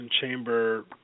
Chamber